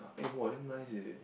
eh !wah! damn nice eh